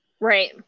Right